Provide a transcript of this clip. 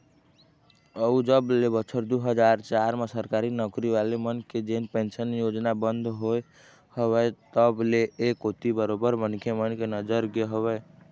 अउ जब ले बछर दू हजार चार म सरकारी नौकरी वाले मन के जेन पेंशन योजना बंद होय हवय तब ले ऐ कोती बरोबर मनखे मन के नजर गे हवय